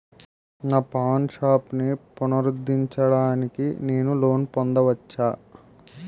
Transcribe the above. నా పాన్ షాప్ని పునరుద్ధరించడానికి నేను లోన్ పొందవచ్చా?